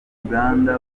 uganda